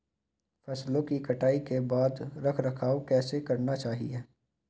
फसलों की कटाई के बाद रख रखाव कैसे करना चाहिये?